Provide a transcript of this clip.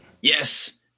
Yes